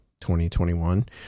2021